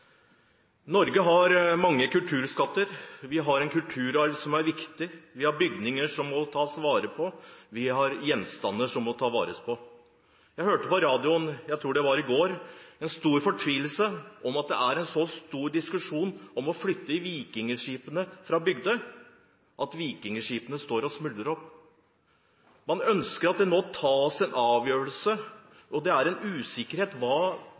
Norge har mange kulturskatter. Vi har en kulturarv som er viktig, og vi har bygninger og gjenstander som må tas vare på. Jeg hørte på radioen, jeg tror det var i går, om en stor fortvilelse over at det er så stor diskusjon om å flytte vikingskipene fra Bygdøy, og at vikingskipene står og smuldrer opp. Man ønsker at det nå tas en avgjørelse, og man er usikker på hva